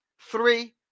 three